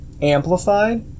amplified